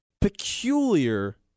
peculiar